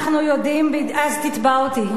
אז תתבע אותי.